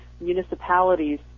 municipalities